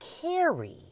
carry